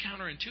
counterintuitive